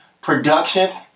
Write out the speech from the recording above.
production